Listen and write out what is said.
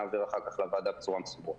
נעביר אחר כך לוועדה בצורה מסודרת.